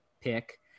pick